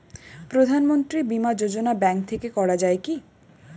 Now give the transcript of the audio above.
প্রধানমন্ত্রী বিমা যোজনা ব্যাংক থেকে করা যায় কি?